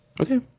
okay